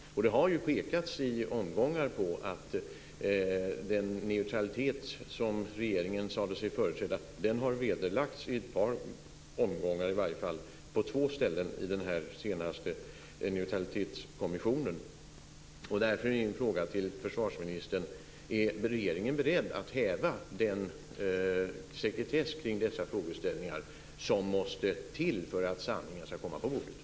Den neutralitet som regeringen sade sig företräda har ju vederlagts i alla fall på två ställen i den här senaste Neutralitetskommissionen. Därför är min fråga till försvarsministern: Är regeringen beredd att häva sekretessen kring dessa frågeställningar för att sanningen ska komma på bordet?